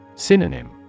Synonym